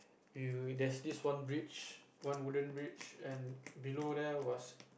you there's this one bridge one wooden bridge and below there was